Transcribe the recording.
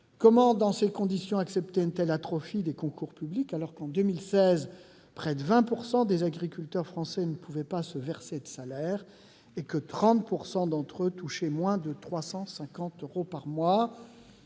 Comment, dans ces conditions, accepter une telle atrophie des concours publics, alors que, en 2016, près de 20 % des agriculteurs français ne pouvaient se verser de salaire et que 30 % d'entre eux touchaient moins de 350 euros par mois ?